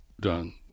done